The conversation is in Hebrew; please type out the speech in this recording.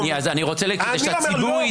אני רוצה שהציבור יידע.